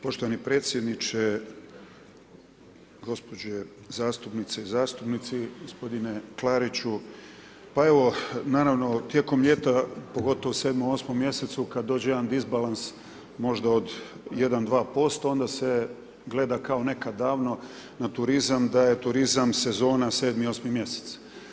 Poštovani predsjedniče, gospođe zastupnice i zastupnici, gospodine Klariću, pa evo naravno tijekom ljeta pogotovo u 7, 8 mjesecu kad dođe jedan disbalans možda od 1-2% onda se gleda kao nekad davno na turizam da je turizam sezona 7 i 8 mjesec.